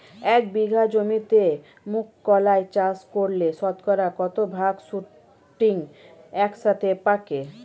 এক বিঘা জমিতে মুঘ কলাই চাষ করলে শতকরা কত ভাগ শুটিং একসাথে পাকে?